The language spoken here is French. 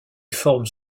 formes